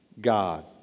God